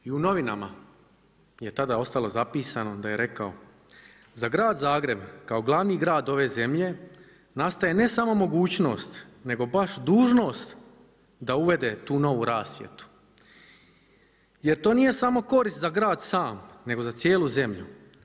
I u novinama je tada ostalo zapisano da je rekao: „Za grad Zagreb, kao glavni grad ove zemlje nastaje ne samo mogućno nego baš dužnost da uvede tu novu rasvjetu jer to nije samo korist za grad sam nego za cijelu zemlju.